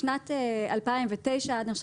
בשנת 2009 עד 2011,